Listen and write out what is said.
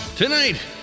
Tonight